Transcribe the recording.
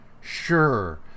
sure